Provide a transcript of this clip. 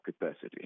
capacity